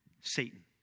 Satan